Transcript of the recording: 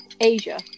Asia